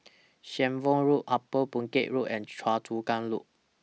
Shenvood Road Upper Boon Keng Road and Choa Chu Kang Loop